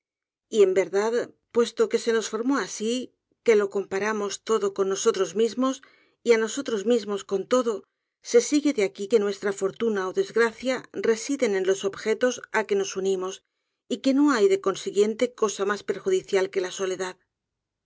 en verdad puesto que se nos formo asi que lo comparamos todo con nosotros mismos y a eosotros mismos con todo se sigue de aquí que nuestra fortuna ó desgracia residen en los objetos á que nos muíaos y que no hay de consiguiente cosa mas perjudicial que la soledad